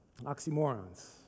Oxymorons